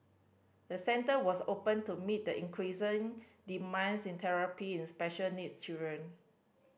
the centre was opened to meet the increasing demands in therapy special needs children